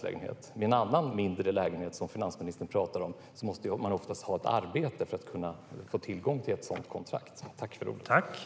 När det gäller andra mindre lägenheter, som finansministern talade om, måste man oftast ha ett arbete för att få tillgång till ett kontrakt på en sådan lägenhet.